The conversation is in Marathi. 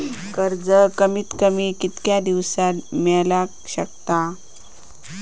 कर्ज कमीत कमी कितक्या दिवसात मेलक शकता?